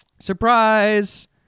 surprise